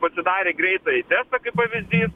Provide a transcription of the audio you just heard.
pasidarė greitąjį testą kaip pavyzdys